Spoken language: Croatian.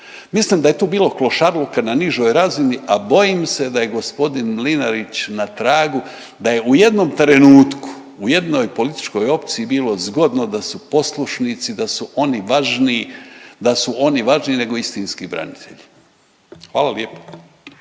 Mislim da je tu bilo klošarluka na nižoj razini, a bojim se da je gospodin Mlinarić na tragu da je u jednom trenutku u jednoj političkoj opciji bilo zgodno da su poslušnici da su oni važniji nego istinski branitelji. Hvala lijepo.